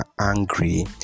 angry